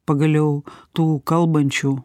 pagaliau tų kalbančių